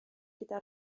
gyda